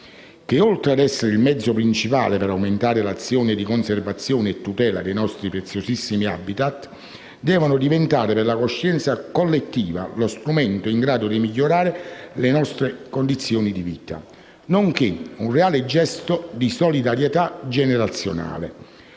che oltre ad essere il mezzo principale per aumentare l'azione di conservazione e tutela dei nostri preziosissimi *habitat*, deve diventare per la coscienza collettiva lo strumento in grado di migliorare le nostre condizioni di vita, nonché un reale gesto di solidarietà generazionale.